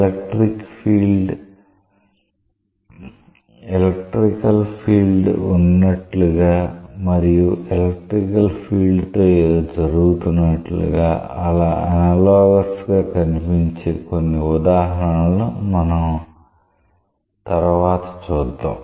electrical field ఉన్నట్లుగా మరియు electrical field తో ఏదో జరుగుతున్నట్లుగా చాలా అనలోగస్ గా కనిపించే కొన్ని ఉదాహరణలను మనం తరువాత చూద్దాం